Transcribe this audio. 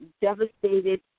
devastated